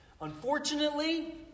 Unfortunately